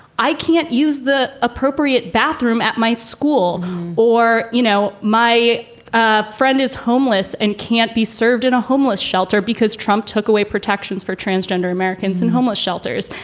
i can't use the appropriate bathroom at my school or, you know, my ah friend is homeless and can't be served in a homeless shelter because trump took away protections protections for transgender americans and homeless shelters.